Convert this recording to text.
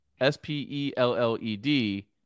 S-P-E-L-L-E-D